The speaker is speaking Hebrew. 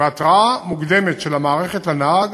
והתרעה של המערכות לנהג